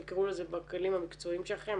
תקראו לזה בכלים המקצועיים שלכם,